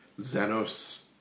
Xenos